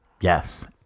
Yes